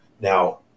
Now